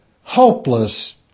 hopeless